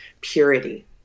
purity